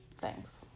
Thanks